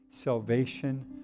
salvation